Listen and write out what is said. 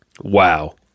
Wow